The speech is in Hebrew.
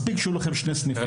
מספיק שיהיו לכם שני סניפים.